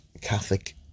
Catholic